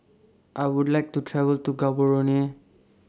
I Would like to travel to Gaborone